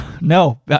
No